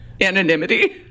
anonymity